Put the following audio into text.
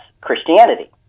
Christianity